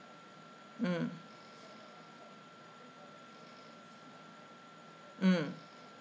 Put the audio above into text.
mm mm